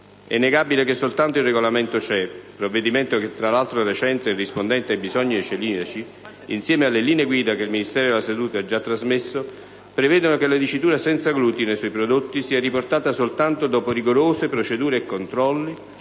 È innegabile che soltanto il regolamento CE, provvedimento tra l'altro recente e rispondente ai bisogni dei celiaci, insieme alle linee guida già trasmesse dal Ministero della salute, prevedendo che la dicitura «senza glutine» sui prodotti sia riportata soltanto dopo rigorose procedure e controlli,